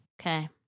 Okay